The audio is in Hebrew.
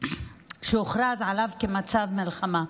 שהוכרז עליו כמצב מלחמה.